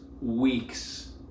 weeks